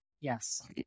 Yes